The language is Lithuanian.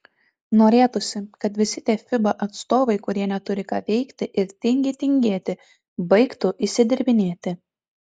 norėtųsi kad visi tie fiba atstovai kurie neturi ką veikti ir tingi tingėti baigtų išsidirbinėti